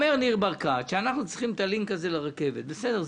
אומר ניר ברקת שאנחנו צריכים את הלינק הזה לרכבת בסדר,